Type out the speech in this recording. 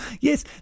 yes